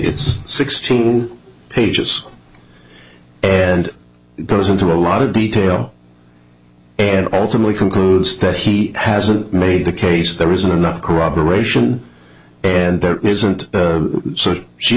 it's sixteen pages and it goes into a lot of detail and ultimately concludes that he hasn't made the case there isn't enough corroboration and there isn't so she